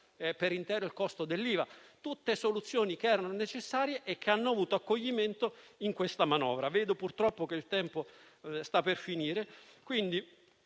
per intero il costo dell'IVA. Tutte soluzioni che erano necessarie e che hanno avuto accoglimento in questa manovra. Approfitto del tempo che rimane